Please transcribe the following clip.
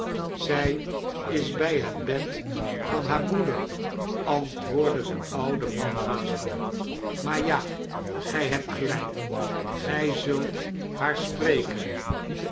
zii is by het oed van haar broeder antwoordde de oude man haastig maar ja gy hebt gelyk gy zult haar spreken